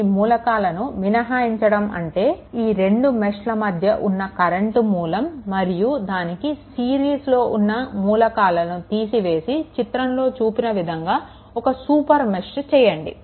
ఈ మూలకాలను మినహాయించడం అంటే ఈ రెండు మెష్ల మధ్యలో ఉన్న కరెంట్ మూలం మరియు దానికి సిరీస్లో ఉన్న మూలకాలను తీసివేసి చిత్రంలో చూపిన విధంగా ఒక సూపర్ మెష్ చేయండి